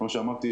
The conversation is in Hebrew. כמו שאמרתי,